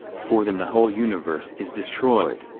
for them the whole universe is destroyed.